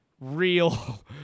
real